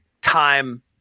time